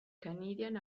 canadian